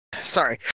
Sorry